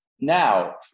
Now